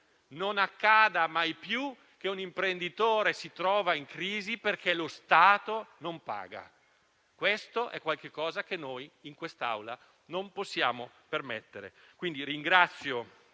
Non accada mai più che un imprenditore si trova in crisi perché lo Stato non paga. È qualcosa che noi, in quest'Aula, non possiamo permettere. Ringrazio